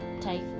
take